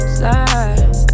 slide